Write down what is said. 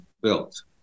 built